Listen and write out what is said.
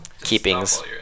keepings